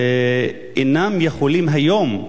אינם יכולים היום,